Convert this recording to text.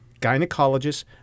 gynecologists